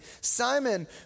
Simon